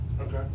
Okay